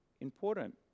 important